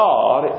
God